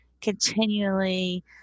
continually